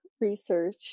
research